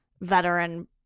veteran